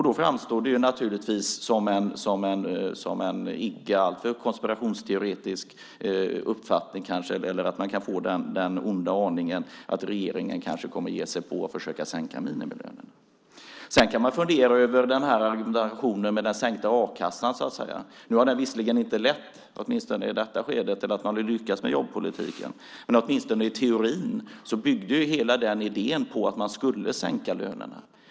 Då framstår det naturligtvis som en icke alltför konspirationsteoretisk uppfattning - eller man kan få den onda aningen - att regeringen kanske kommer att ge sig på att sänka minimilönerna. Man kan fundera över argumentationen för den sänkta a-kassan. Nu har det visserligen inte lett, åtminstone inte i det här skedet, till att man har lyckats med jobbpolitiken. Åtminstone i teorin byggde hela idén på att man skulle sänka lönerna.